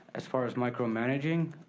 as far as micromanaging,